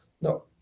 No